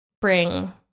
bring